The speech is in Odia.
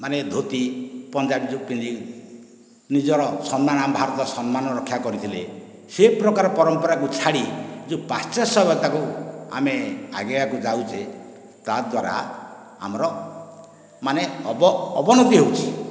ମାନେ ଧୋତି ପଞ୍ଜାବୀ ଯେଉଁ ପିନ୍ଧି ନିଜର ସମ୍ମାନ ଆମର ଭାରତର ସମ୍ମାନ ରକ୍ଷା କରିଥିଲେ ସେ ପ୍ରକାର ପରମ୍ପରାକୁ ଛାଡ଼ି ଯେଉଁ ପାଶ୍ଚାତ୍ୟ ସଭ୍ୟତାକୁ ଆମେ ଆଗେଇବାକୁ ଯାଉଛେ ତା' ଦ୍ଵାରା ଆମର ମାନେ ଅବନତି ହେଉଛି